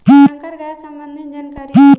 संकर गाय संबंधी जानकारी दी?